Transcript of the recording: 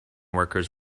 workers